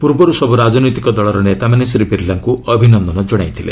ପୂର୍ବରୁ ସବୁ ରାଜନୈତିକ ଦଳର ନେତାମାନେ ଶ୍ରୀ ବିର୍ଲାଙ୍କୁ ଅଭିନନ୍ଦନ ଜଣାଇଥିଲେ